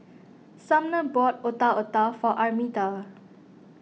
Sumner bought Otak Otak for Armida